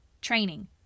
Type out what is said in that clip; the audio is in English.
training